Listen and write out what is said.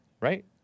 right